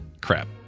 Crap